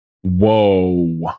Whoa